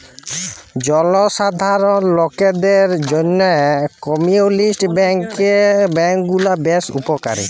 জলসাধারল লকদের জ্যনহে কমিউলিটি ব্যাংক গুলা বেশ উপকারী